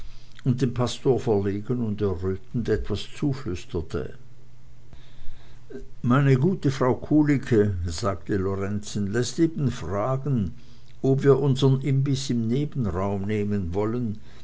und dem pastor verlegen und errötend etwas zuflüsterte meine gute frau kulicke sagte lorenzen läßt eben fragen ob wir unsern imbiß im nebenzimmer nehmen wollen